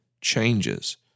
changes